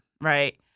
right